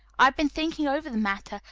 i have been thinking over the matter,